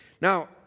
Now